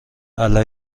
علیه